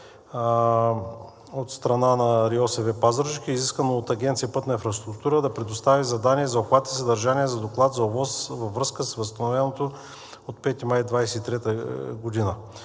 от страна на РИОСВ – Пазарджик, е изискано от Агенция „Пътна инфраструктура“ да предостави задание за обхват и съдържание за доклад за ОВОС във връзка с постановеното от 5 май 2023 г.